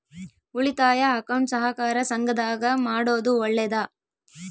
ಉಳಿತಾಯ ಅಕೌಂಟ್ ಸಹಕಾರ ಸಂಘದಾಗ ಮಾಡೋದು ಒಳ್ಳೇದಾ?